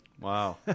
Wow